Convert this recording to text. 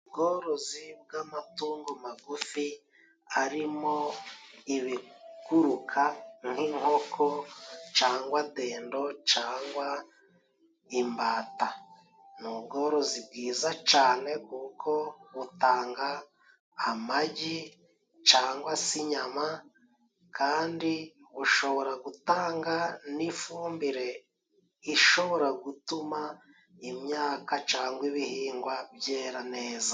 Ubworozi bw'amatungo magufi arimo ibiguruka nk'inkoko cangwa dendo cangwa imbata ni ubworozi bwiza cane kuko butanga amagi cangwa se inyama, kandi bushobora gutanga n 'ifumbire ishobora gutuma imyaka cangwa ibihingwa byera neza.